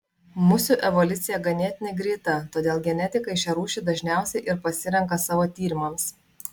musių evoliucija ganėtinai greita todėl genetikai šią rūšį dažniausiai ir pasirenka savo tyrimams